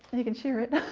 you can share it.